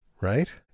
right